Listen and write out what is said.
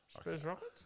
Spurs-Rockets